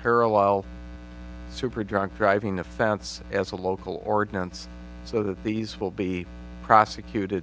parallel super drunk driving offense as a local ordinance so that these will be prosecuted